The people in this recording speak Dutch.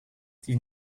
die